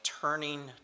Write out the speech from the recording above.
turning